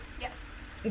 Yes